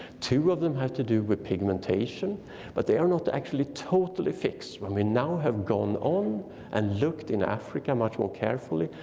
two of them had to do with pigmentation but they are not actually totally fixed when we now have gone on and looked in africa much more carefully.